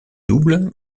double